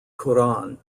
quran